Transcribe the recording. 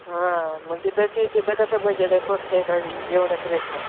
हा मग ती बे किती ब कसं बजेट आहे स्वस्त आहे का एवढाच रेट न